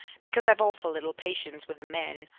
because i've awful little patience with the men.